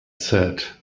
said